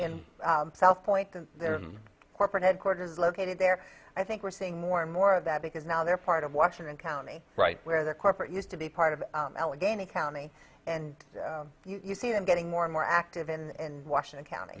in south point that their corporate headquarters located there i think we're seeing more and more of that because now they're part of washington county right where the corporate used to be part of allegheny county and you see them getting more and more active in washington county